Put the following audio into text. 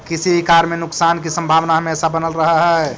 किसी भी कार्य में नुकसान की संभावना हमेशा बनल रहअ हई